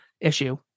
issue